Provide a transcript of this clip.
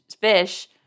fish